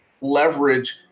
leverage